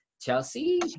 Chelsea